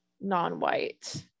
non-white